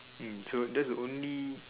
mm so that's the only